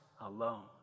alone